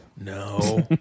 No